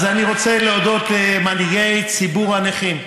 אז אני רוצה להודות למנהיגי ציבור הנכים,